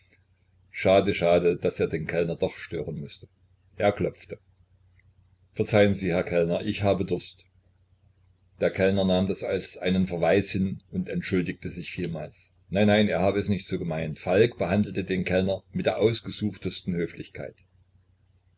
schade schade daß er den kellner doch stören mußte er klopfte verzeihen sie herr kellner aber ich habe durst der kellner nahm das als einen verweis hin und entschuldigte sich vielmals nein nein er habe es nicht so gemeint falk behandelte den kellner mit der ausgesuchtesten höflichkeit